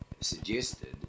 suggested